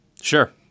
Sure